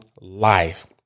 life